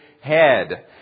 head